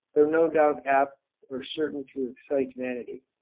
though no doubt apt or certain to excite vanity,